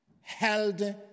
held